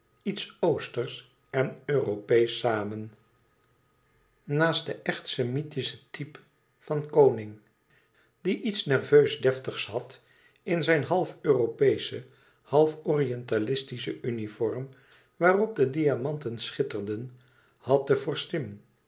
iets oostersch en europeesch samen naast den echt semitischen type van den koning die iets nerveus deftigs had in zijne half europeesche half orientalische uniform waarop de diamanten schitterden had de